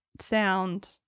sound